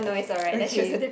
okay